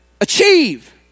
Achieve